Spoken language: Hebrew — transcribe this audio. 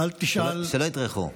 שלא יטרחו.